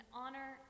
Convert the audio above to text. honor